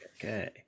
Okay